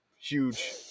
Huge